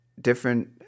different